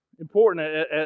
important